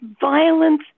violence